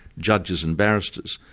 judges and barristers,